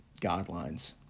guidelines